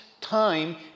time